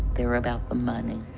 they're about the money.